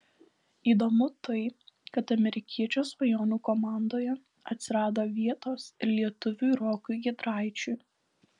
įdomu tai kad amerikiečio svajonių komandoje atsirado vietos ir lietuviui rokui giedraičiui